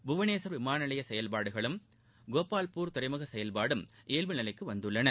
புவனேஷ்வர் விமான நிலைய செயல்பாடும் கோபால்பூர் துறைமுக செயல்பாடும் இயல்பு நிலைக்கு வந்துள்ளன